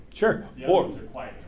Sure